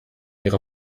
ihrer